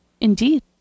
indeed